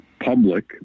public